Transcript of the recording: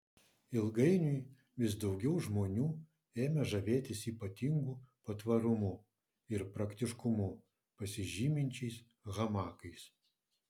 ilgainiui vis daugiau žmonių ėmė žavėtis ypatingu patvarumu ir praktiškumu pasižyminčiais hamakais